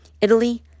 Italy